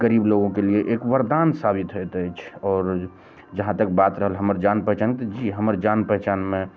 गरीब लोगोके लिए एक वरदान साबित होइत अछि आओर जहाँ तक बात रहल हमर जान पहचान तऽ जी हमर जान पहचानमे